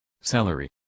Celery